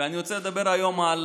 אני רוצה לדבר היום על